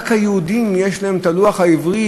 רק ליהודים יש הלוח העברי,